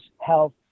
health